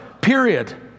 period